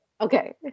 Okay